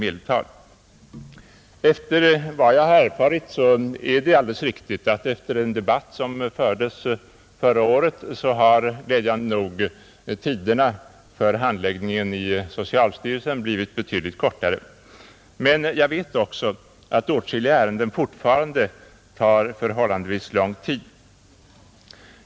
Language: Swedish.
Enligt vad jag erfarit är det alldeles riktigt att efter den debatt som fördes förra året har glädjande nog tiderna för handläggningen i socialstyrelsen blivit betydligt kortare. Men jag vet också att åtskilliga ärenden fortfarande tar förhållandevis lång tid.